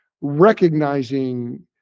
recognizing